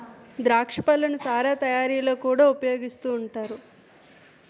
ద్రాక్ష పళ్ళను సారా తయారీలో కూడా ఉపయోగిస్తూ ఉంటారు